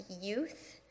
youth